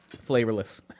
flavorless